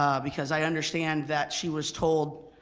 um because i understand that she was told